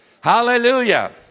Hallelujah